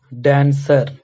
dancer